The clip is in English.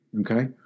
Okay